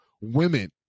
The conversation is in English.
women